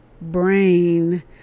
brain